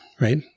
right